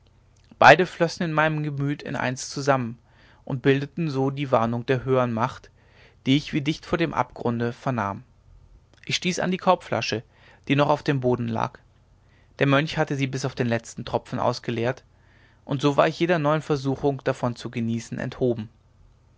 beide flössen in meinem gemüt in eins zusammen und bildeten so die warnung der höhern macht die ich wie dicht vor dem abgrunde vernahm ich stieß an die korbflasche die noch auf dem boden lag der mönch hatte sie bis auf den letzten tropfen ausgeleert und so war ich jeder neuen versuchung davon zu genießen enthoben